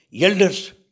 elders